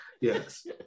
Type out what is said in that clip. yes